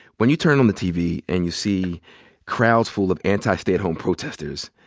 when you turn on the tv and you see crowds full of anti-stay-at-home protesters,